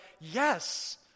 yes